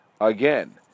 Again